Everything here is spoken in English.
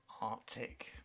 Arctic